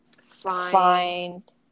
find